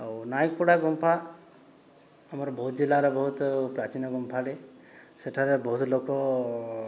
ଆଉ ନାୟକପଡ଼ା ଗୁମ୍ଫା ଆମର ବୌଦ୍ଧ ଜିଲ୍ଲାରେ ବହୁତ ପ୍ରାଚୀନ ଗୁମ୍ଫାଟିଏ ସେଠାରେ ବହୁତ ଲୋକ